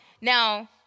now